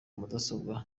mudasobwa